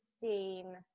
sixteen